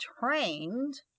trained